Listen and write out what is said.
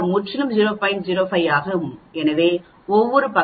05 ஆகும் எனவே ஒவ்வொரு பக்கமும் 0